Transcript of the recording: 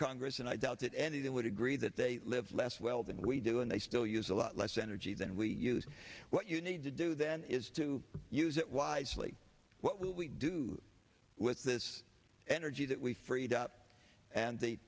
congress and i doubt that anyone would agree that they live less well than we do and they still use a lot less energy than we use what you need to do then is to use it wisely what we do with this energy that we freed up and the